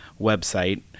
website